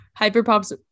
Hyperpop's